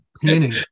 painting